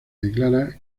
declara